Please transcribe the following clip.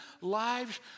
lives